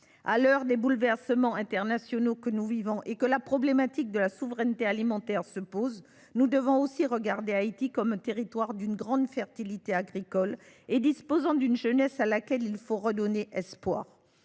À l’heure des bouleversements internationaux que nous vivons, et alors que la problématique de la souveraineté alimentaire se pose de manière criante, nous devons aussi regarder Haïti comme un territoire d’une grande fertilité agricole et disposant d’une jeunesse à laquelle il faut redonner espoir.